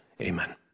Amen